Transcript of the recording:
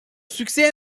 succès